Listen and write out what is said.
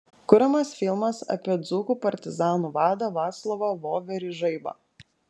kuriamas filmas apie dzūkų partizanų vadą vaclovą voverį žaibą